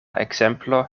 ekzemplo